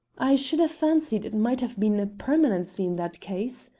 i should have fancied it might have been a permanency in that case,